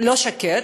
לא שקט,